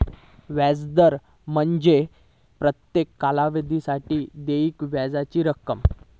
व्याज दर म्हणजे प्रत्येक कालावधीसाठी देय व्याजाची रक्कम